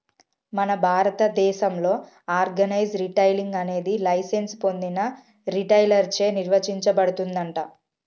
మన భారతదేసంలో organise retailing అనేది లైసెన్స్ పొందిన రిటైలర్ చే నిర్వచించబడుతుందంట